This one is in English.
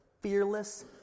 fearless